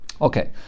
Okay